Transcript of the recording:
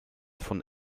von